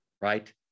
right